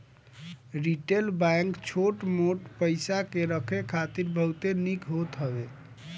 retail bank छोट मोट पईसा के रखे खातिर बहुते निक होत हवे